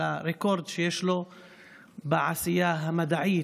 על הרקורד שיש לו בעשייה המדעית,